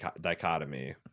dichotomy